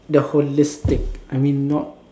the holistic I mean not